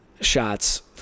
shots